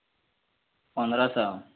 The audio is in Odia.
ପନ୍ଦରଶହ